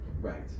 right